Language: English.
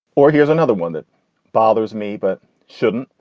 or here's another one that bothers me but shouldn't.